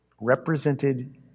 Represented